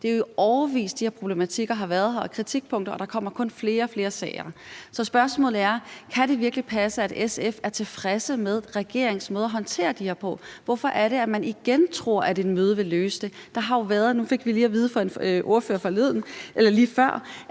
det er jo i årevis, de her problematikker og kritikpunkter har været her, og der kommer kun flere og flere sager. Så spørgsmålet er: Kan det virkelig passe, at SF er tilfredse med regeringens måde at håndtere det her på? Hvorfor er det, man igen tror, at et møde vil løse det? Nu fik vi lige at vide af en ordfører lige før,